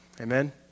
Amen